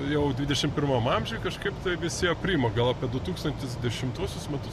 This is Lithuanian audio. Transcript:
jau dvidešim pirmam amžiuj kažkaip tai visi aprimo gal apie du tūkstantis dešimtuosius metus